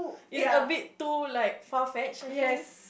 is a bit too like far fetched I feel